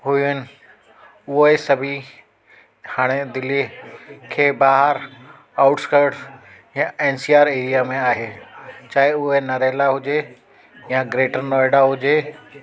हुजनि हुअई सभई हाणे दिल्लीअ खे बाहिरियां आउटस्कट या एनसीआर ईअ में आहे चाहे उहे नरेला हुजे या ग्रेटर नॉएडा हुजे